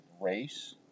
race